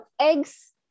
eggs